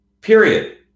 Period